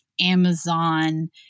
Amazon